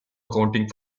accounting